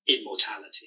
immortality